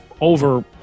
over